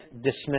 dismiss